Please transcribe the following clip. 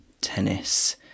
tennis